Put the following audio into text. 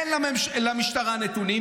אין למשטרה נתונים,